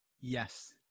Yes